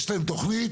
יש להם תוכנית,